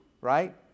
Right